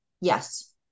Yes